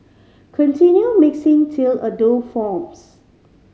continue mixing till a dough forms